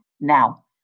now